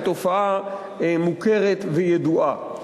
היא תופעה מוכרת וידועה.